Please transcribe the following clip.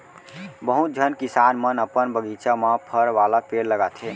बहुत झन किसान मन अपन बगीचा म फर वाला पेड़ लगाथें